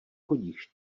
chodíš